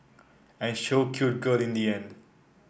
and show cute girl in the end